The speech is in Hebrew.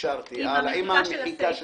אישרתי, עם מחיקת הסעיף.